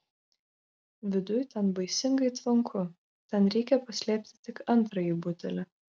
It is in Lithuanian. viduj ten baisingai tvanku ten reikia paslėpti tik antrąjį butelį